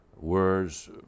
Words